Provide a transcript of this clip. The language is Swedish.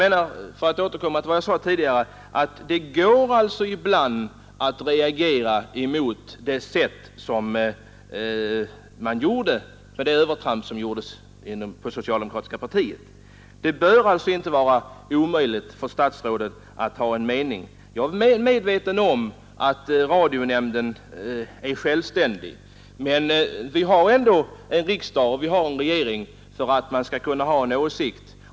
Men för att återkomma till vad jag sade i mitt förra inlägg går det alltså att reagera som man t.ex. gjorde mot TV:s övertramp mot socialdemokratiska partiet. Det bör alltså inte vara omöjligt för statsrådet att ha en mening. Jag är väl medveten om att radionämnden är ett självständigt organ, men riksdag och regering bör ändå kunna ha en åsikt.